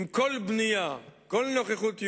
אם כל בנייה, כל נוכחות יהודית,